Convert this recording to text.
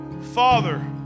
Father